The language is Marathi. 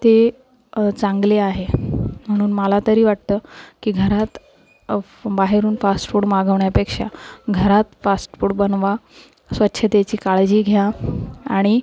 ते चांगले आहे म्हणून मला तरी वाटतं की घरात फ् बाहेरून फास्ट फुड मागवण्यापेक्षा घरात फास्ट फुड बनवा स्वच्छतेची काळजी घ्या आणि